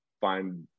find